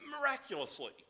miraculously